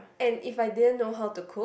and if I didn't know how to cook